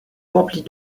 remplis